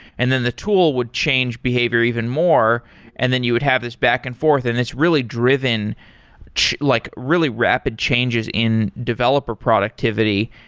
and then the tool would change behavior even more and then you would have this back and forth and it's really driven like really rapid changes in develop ah productivity.